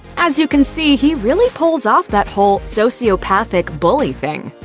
as you can see, he really pulls off that whole sociopathic bully thing.